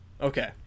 okay